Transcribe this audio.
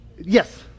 Yes